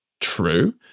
true